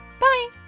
Bye